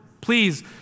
Please